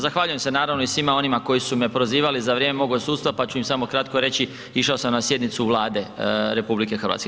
Zahvaljujem se naravno i svima onima koji su me prozivali za vrijeme mog odsustva, pa ću ima samo kratko reći išao sam na sjednicu Vlade RH.